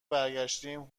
برگشتیم